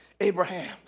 Abraham